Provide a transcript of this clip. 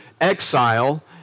exile